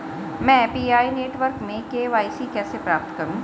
मैं PI network में KYC कैसे प्राप्त करूँ?